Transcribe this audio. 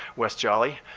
wes jolly,